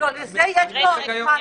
לזה יש לו זמן,